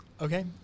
Okay